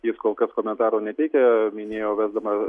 jis kol kas komentarų neteikia minėjo vesdama